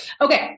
Okay